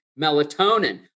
melatonin